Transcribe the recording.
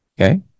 okay